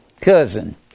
cousin